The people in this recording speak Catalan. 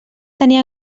tenir